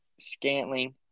Scantling